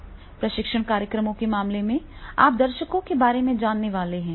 प्रशिक्षण कार्यक्रमों के मामले में आप दर्शकों के बारे में जानने वाले हैं